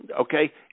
okay